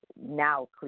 now